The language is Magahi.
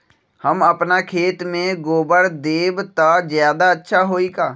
हम अपना खेत में गोबर देब त ज्यादा अच्छा होई का?